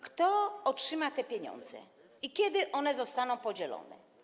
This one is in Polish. Kto otrzyma te pieniądze i kiedy one zostaną podzielone?